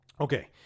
Okay